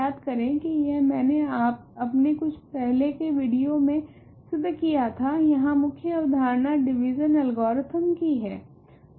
याद करे की यह मैंने अपने कुछ पहले के विडियो मे सिद्ध किया था यहाँ मुख्य अवधारणा डिविजन एल्गॉरिथ्म की है